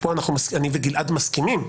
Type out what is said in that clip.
ופה אני וגלעד מסכימים,